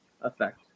effect